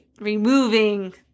removing